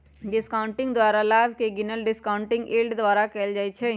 discounting द्वारा लाभ के गिनल डिस्काउंटिंग यील्ड द्वारा कएल जाइ छइ